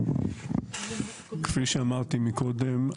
כפי שאמרתי מקודם,